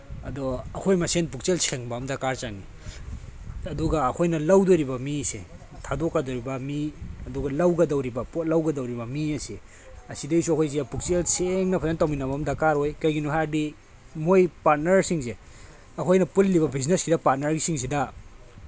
ꯑꯗꯣ ꯑꯩꯈꯣꯏ ꯃꯁꯦꯜ ꯄꯨꯛꯁꯦꯜ ꯁꯦꯡꯕ ꯑꯃ ꯗꯔꯀꯥꯔ ꯆꯪꯉꯤ ꯑꯗꯨꯒ ꯑꯩꯈꯣꯏꯅ ꯂꯧꯗꯧꯔꯤꯕ ꯃꯤꯁꯦ ꯊꯥꯗꯣꯛꯀꯗꯣꯔꯤꯕ ꯃꯤ ꯑꯗꯨꯒ ꯂꯧꯒꯗꯧꯔꯤꯕ ꯄꯣꯠ ꯂꯧꯒꯗꯧꯔꯤꯕ ꯃꯤ ꯑꯁꯤ ꯑꯁꯤꯗꯩꯁꯨ ꯑꯩꯈꯣꯏꯁꯦ ꯄꯨꯛꯆꯦꯜ ꯁꯦꯡꯅ ꯐꯖꯅ ꯇꯧꯃꯤꯟꯅꯕ ꯑꯃ ꯗꯔꯀꯥꯔ ꯑꯣꯏ ꯀꯩꯒꯤꯅꯣ ꯍꯥꯏꯔꯗꯤ ꯃꯣꯏ ꯄꯥꯔꯠꯅꯔꯁꯤꯡꯁꯦ ꯑꯩꯈꯣꯏꯅ ꯄꯨꯜꯂꯤꯕ ꯕꯤꯖꯤꯅꯦꯁꯁꯤꯗ ꯄꯥꯔꯠꯅꯔ ꯁꯤꯡꯁꯤꯗ